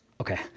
Okay